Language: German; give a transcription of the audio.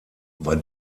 war